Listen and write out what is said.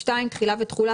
2. תחילה ותחולה.